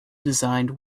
designed